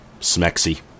Smexy